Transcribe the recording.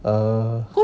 err